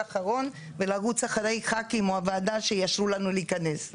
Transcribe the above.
האחרון ולרוץ אחרי ח"כים או הוועדה שיאשרו לנו להיכנס.